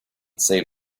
save